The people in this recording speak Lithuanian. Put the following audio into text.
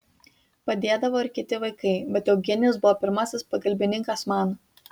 padėdavo ir kiti vaikai bet eugenijus buvo pirmas pagalbininkas man